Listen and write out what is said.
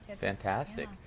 Fantastic